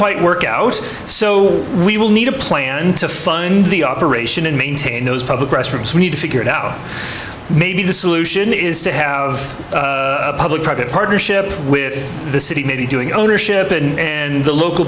quite work out so we will need a plan to fund the operation and maintain those public restrooms we need to figure it out maybe the solution is to have a public private partnership with the city maybe doing ownership in the local